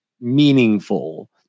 meaningful